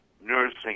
nursing